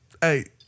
Hey